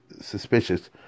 suspicious